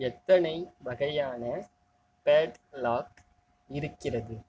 எத்தனை வகையான padlock இருக்கிறது